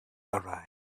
arise